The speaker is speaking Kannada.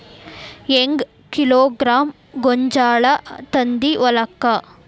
ಹೆಂಗ್ ಕಿಲೋಗ್ರಾಂ ಗೋಂಜಾಳ ತಂದಿ ಹೊಲಕ್ಕ?